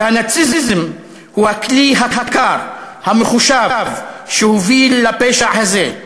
והנאציזם הוא הכלי הקר, המחושב, שהוביל לפשע הזה.